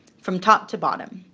from top to bottom.